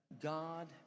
God